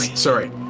sorry